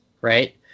right